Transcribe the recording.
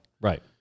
Right